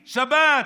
שבת,